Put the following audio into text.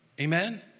Amen